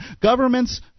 Governments